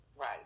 right